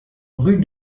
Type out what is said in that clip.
rue